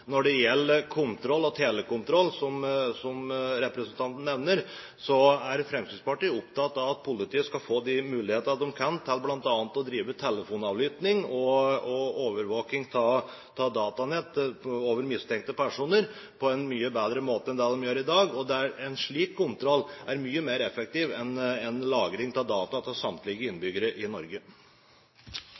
Når det gjelder telekontroll, som representanten nevner, er Fremskrittspartiet opptatt av at politiet skal få de muligheter de kan til bl.a. å drive telefonavlytting og overvåking av datanettet knyttet til mistenkte personer, på en mye bedre måte enn det de gjør i dag. En slik kontroll er mye mer effektiv enn lagring av data fra samtlige innbyggere i Norge.